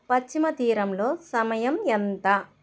పశ్చిమ తీరంలో సమయం ఎంత